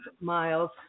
Miles